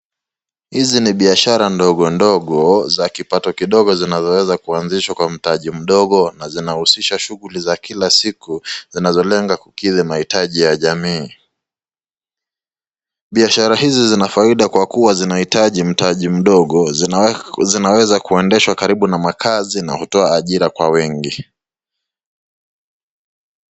Hizi ni biashara ndogo ndogo za kipato kidogo zinzoweza kuanzishwa kwa mtaji mdogo, na zinahusisha shughuli za kila siku zinazo lenga kukidhi mahitaji ya jamii. Biashara hizi zina faida kwa kuwa zinahitaji mtaji mdogo zinaweza kuendeshwa karibu na makazi na hutoa ajira kwa wengi.